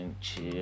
chill